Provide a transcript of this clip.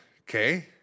okay